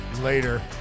Later